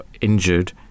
injured